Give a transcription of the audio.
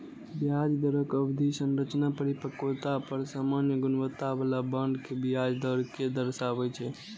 ब्याज दरक अवधि संरचना परिपक्वता पर सामान्य गुणवत्ता बला बांड के ब्याज दर कें दर्शाबै छै